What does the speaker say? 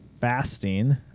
Fasting